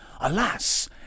Alas